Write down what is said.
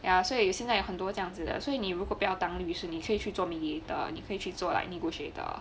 ya so 所以现在很多这样子的所以你如果不要当律师你可以去做 mediator 你可以去做 like negotiator